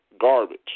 garbage